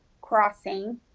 crossing